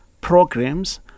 programs